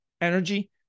energy